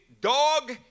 dog